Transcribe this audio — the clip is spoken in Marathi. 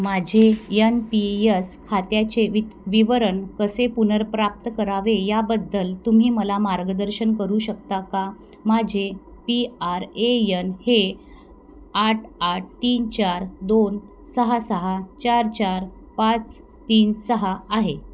माझे यन पी यस खात्याचे वित विवरण कसे पुनर्प्राप्त करावे याबद्दल तुम्ही मला मार्गदर्शन करू शकता का माझे पी आर ए यन हे आठ आठ तीन चार दोन सहा सहा चार चार पाच तीन सहा आहे